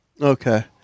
Okay